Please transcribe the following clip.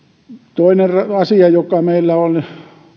toinen asia joka meillä on